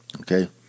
Okay